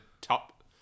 top